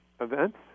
events